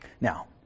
Now